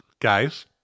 guys